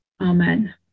Amen